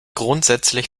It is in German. grundsätzlich